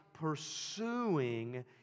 pursuing